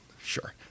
Sure